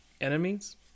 Enemies